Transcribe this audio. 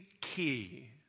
key